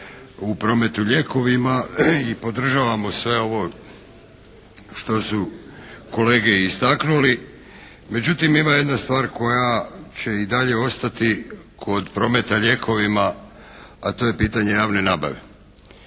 u prometu lijekovima i podržavamo sve ovo što su kolege istaknuli. Međutim, ima jedna stvar koja će i dalje ostati kod prometa lijekova, a to je pitanje javne nabave.